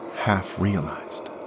half-realized